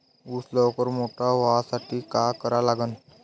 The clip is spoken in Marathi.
ऊस लवकर मोठा व्हासाठी का करा लागन?